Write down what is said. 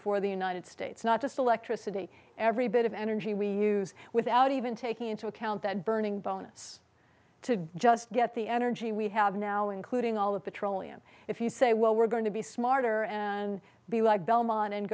for the united states not just electricity every bit of energy we use without even taking into account that burning bonus to just get the energy we have now including all the petroleum if you say well we're going to be smarter and be like belmont and